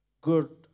good